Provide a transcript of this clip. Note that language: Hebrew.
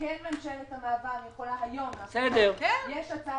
ממשלת המעבר יכולה היום להחליט על